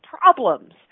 problems